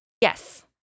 Yes